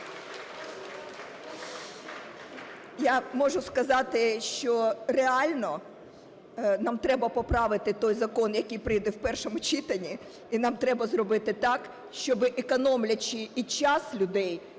Я можу сказати, що реально нам треба поправити той закон, який прийде в першому читанні. І нам треба зробити так, щоб економлячи і час людей,